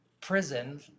prison